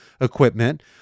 equipment